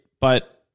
But-